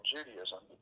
Judaism